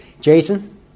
Jason